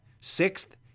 Sixth